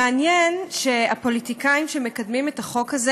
מעניין שהפוליטיקאים שמקדמים את החוק הזה